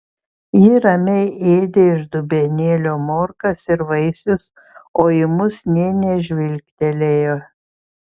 ji ramiai ėdė iš dubenėlio morkas ir vaisius o į mus nė nežvilgtelėjo